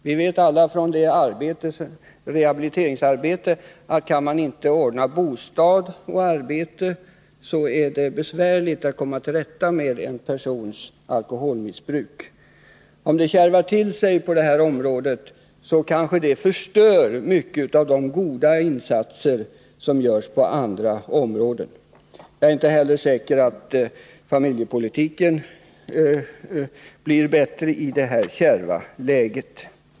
Vi vet alla att det är besvärligt att komma till rätta med en persons alkoholmissbruk, om maninte kan ordna bostad och arbete åt vederbörande. Om det kärvar till sig på arbetsmarknadens område, kanske det förstör mycket av de goda insatser som görs på andra områden. Jag är inte heller säker på att familjepolitiken blir bättre i detta kärva ekonomiska läge.